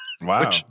Wow